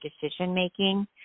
decision-making